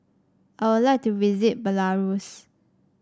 I would like to visit Belarus